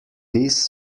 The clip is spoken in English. this